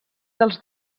dels